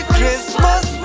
Christmas